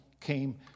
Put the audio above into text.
came